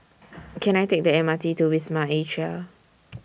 Can I Take The M R T to Wisma Atria